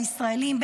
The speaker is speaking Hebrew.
הישראלים,